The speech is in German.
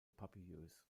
papillös